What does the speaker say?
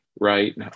right